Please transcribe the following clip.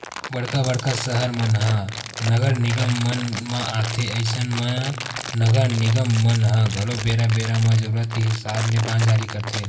बड़का बड़का सहर मन ह नगर निगम मन म आथे अइसन म नगर निगम मन ह घलो बेरा बेरा म जरुरत के हिसाब ले बांड जारी करथे